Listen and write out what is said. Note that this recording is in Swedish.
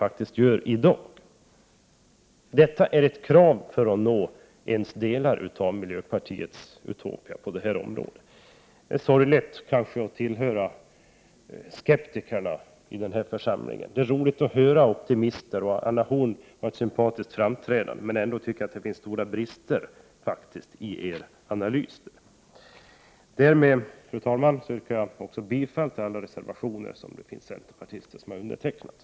Detta är en förutsättning för att vi skall kunna förverkliga något av miljöpartiets utopiska krav på det här området. Det är kanske sorgligt att tillhöra skeptikerna i denna församling. Det är roligt att höra optimister, och Anna Horn af Rantzien framträdde på ett sympatiskt sätt, men jag tycker att det finns så stora brister i analysen att de måste påpekas då och då. Därmed, fru talman, yrkar jag bifall till alla de reservationer där centerpartister återfinns bland undertecknarna.